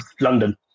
London